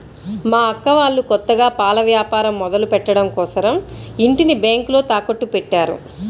మా అక్క వాళ్ళు కొత్తగా పాల వ్యాపారం మొదలుపెట్టడం కోసరం ఇంటిని బ్యేంకులో తాకట్టుపెట్టారు